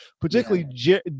Particularly